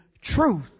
truth